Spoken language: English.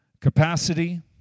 capacity